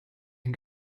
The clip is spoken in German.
ein